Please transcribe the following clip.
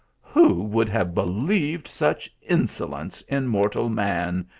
who would have believed such insolence in mortal man?